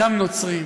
גם "נוצרים",